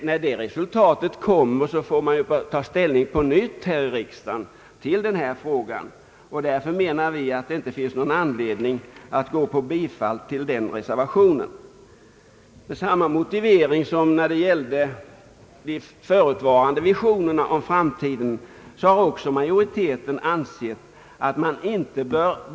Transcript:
När resultatet är klart får riksdagen ta ny ställning till frågan. Därför finns enligt vår uppfattning ingen anledning att nu bifalla den aktuella reservationen. Med samma motiveringar som jag anfört beträffande de av mig tidigare omnämnda visionerna om framtiden anser också utskottsmajoriteten att reservation 3 inte bör bifallas.